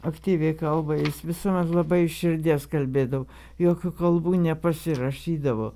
aktyviai kalba jis visuomet labai iš širdies kalbėdavo jokių kalbų nepasirašydavo